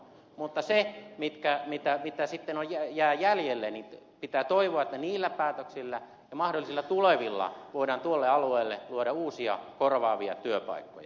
mutta sen osalta mitä sitten jää jäljelle pitää toivoa että niillä päätöksillä ja mahdollisilla tulevilla päätöksillä voidaan tuolle alueelle luoda uusia korvaavia työpaikkoja